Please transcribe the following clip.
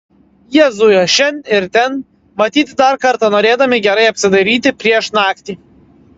jie zujo šen ir ten matyt dar kartą norėdami gerai apsidairyti prieš naktį